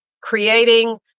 creating